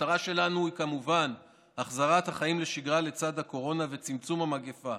המטרה שלנו היא כמובן החזרת החיים לשגרה לצד הקורונה וצמצום המגפה,